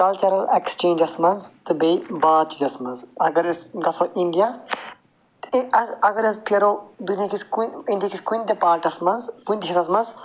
cultural exchanges منٛز تہٕ بیٚیہِ منٛز اَگر أسۍ گژھو اِنٛڈِیا تہٕ اَگر أسۍ فٮ۪رَو دُنیاۂکِس اِنٛڈِیاۂکِس کُنہِ تہِ پاٹَس منٛز کُنہِ تہِ حِصَس منٛز